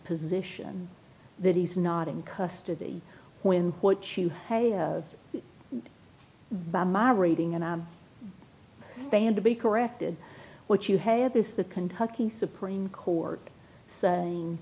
position that he's not in custody when what you have by my reading and i stand to be corrected what you have is the kentucky supreme court saying